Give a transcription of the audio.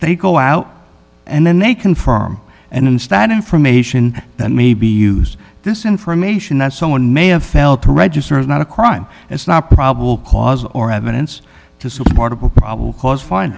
they go out and then they confirm and instead information that may be used this information that someone may have failed to register is not a crime it's not probable cause or evidence to support a probable cause fin